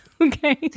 Okay